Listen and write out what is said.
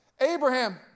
abraham